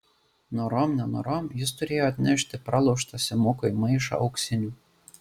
norom nenorom jis turėjo atnešti praloštą simukui maišą auksinių